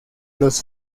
los